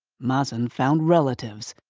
mazen found relatives,